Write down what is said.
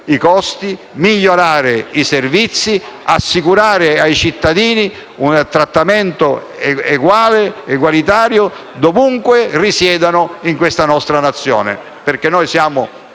i costi, migliorare i servizi e assicurare ai cittadini un trattamento egualitario, ovunque risiedano in questa nostra Nazione, perché siamo